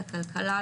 לכלכלה,